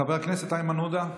חבר הכנסת איימן עודה,